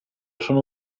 sono